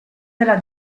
della